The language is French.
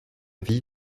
vie